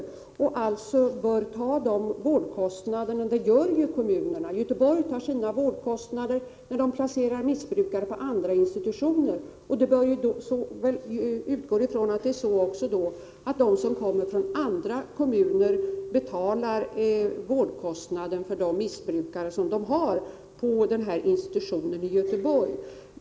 Dessa kommuner bör alltså ta ansvar för vårdkostnaderna, och det gör ju kommunerna också. Göteborg tar sina vårdkostnader när de placerar missbrukare på andra institutioner, och jag utgår från att resp. hemkommun ansvarar för vårdkostnaden för de missbrukare som kommunerna har placerade på den här institutionen i Göteborg.